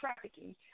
trafficking